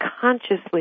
consciously